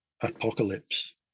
apocalypse